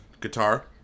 guitar